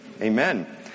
Amen